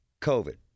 COVID